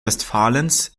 westfalens